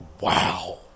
wow